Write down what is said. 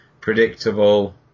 predictable